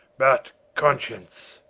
but conscience,